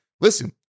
listen